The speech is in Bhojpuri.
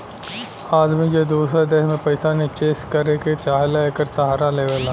आदमी जे दूसर देश मे पइसा निचेस करे के चाहेला, एकर सहारा लेवला